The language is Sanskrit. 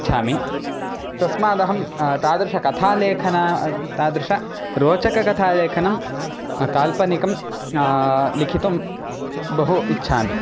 इच्छामि तस्माद् अहं तादृशकथालेखनं तादृशरोचककथालेखनं काल्पनिकं लिखितुम् बहु इच्छामि